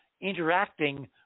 interacting